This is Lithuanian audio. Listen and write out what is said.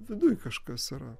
viduj kažkas yra